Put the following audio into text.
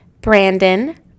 Brandon